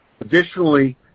Additionally